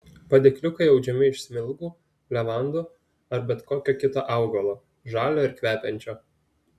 padėkliukai audžiami iš smilgų levandų ar bet kokio kito augalo žalio ir kvepiančio